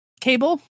Cable